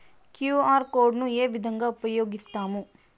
QR code ను ఏ విధంగా ఉపయగిస్తాము?